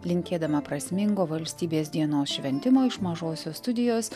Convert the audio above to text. linkėdama prasmingo valstybės dienos šventimo iš mažosios studijos